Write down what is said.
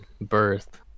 birth